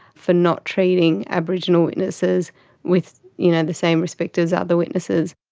for not treating aboriginal witnesses with you know the same respect as other witnesses.